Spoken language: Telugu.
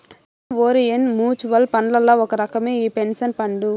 థీమ్ ఓరిఎంట్ మూచువల్ ఫండ్లల్ల ఒక రకమే ఈ పెన్సన్ ఫండు